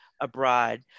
abroad